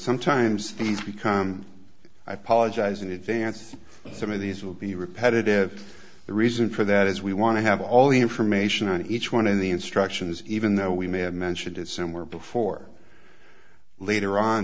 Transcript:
sometimes these become i pod guys in advance some of these will be repetitive the reason for that is we want to have all the information on each one of the instructions even though we may have mentioned it somewhere before later on